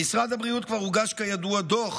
במשרד הבריאות כבר הוגש כידוע דוח